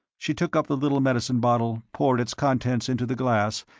she took up the little medicine bottle, poured its contents into the glass,